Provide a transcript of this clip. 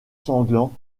sanglants